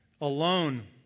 alone